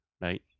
Right